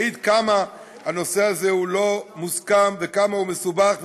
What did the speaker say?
מעיד כמה הנושא הזה לא מוסכם וכמה הוא מסובך,